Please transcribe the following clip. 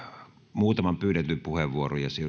muutaman pyydetyn puheenvuoron ja